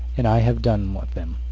and i have done with him!